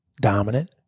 dominant